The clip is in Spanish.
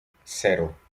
cero